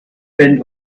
friend